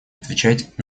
отвечать